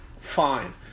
fine